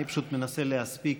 אני פשוט מנסה להספיק